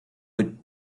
would